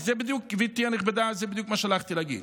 גברתי הנכבדה, זה בדיוק מה שהלכתי להגיד.